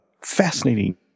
fascinating